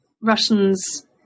Russians